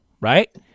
right